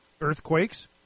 earthquakes